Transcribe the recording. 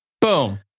Boom